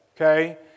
Okay